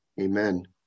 Amen